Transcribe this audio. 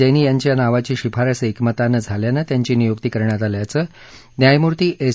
जैन यांच्या नावाची शिफारस एकमतानं झाल्यानं त्यांची नियुक्ती करण्यात आल्याचं न्यायमूर्ती एस